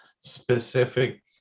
specific